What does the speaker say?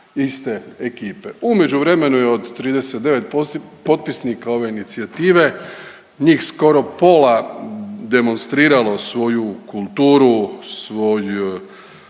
U međuvremenu je od 39 potpisnika ove inicijative njih skoro pola demonstriralo svoju kulturu, svoj